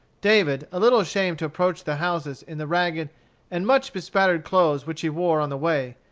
david, a little ashamed to approach the houses in the ragged and mud-bespattered clothes which he wore on the way,